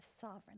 sovereign